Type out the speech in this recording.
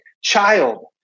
child